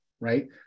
right